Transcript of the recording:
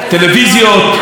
מדיחי כלים,